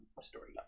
story